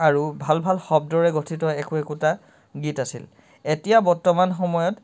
আৰু ভাল ভাল শব্দৰে গঠিত একো একোটা গীত আছিল এতিয়া বৰ্তমান সময়ত